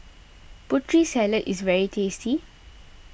Putri Salad is very tasty